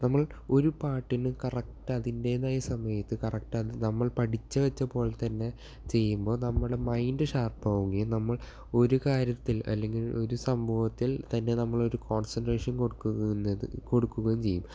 നമ്മൾ ഒരു പാട്ടിന് കറക്ട് അതിൻറ്റേതായ സമയത്ത് കറക്ടായിട്ട് നമ്മൾ പഠിച്ചുവെച്ചതു പോലെ തന്നെ ചെയുമ്പോൾ നമ്മുടെ മൈൻഡ് ഷാർപ്പാകുകയും നമ്മൾ ഒരു കാര്യത്തിൽ അല്ലെങ്കിൽ ഒരു സംഭവത്തിൽ തന്നെ നമ്മളൊരു കോൺസൻട്രേഷൻ കൊടു കൊടുക്കുകയും ചെയ്യും